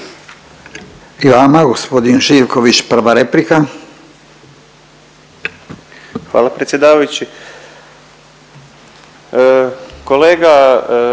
Hvala predsjedavajući.